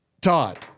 Todd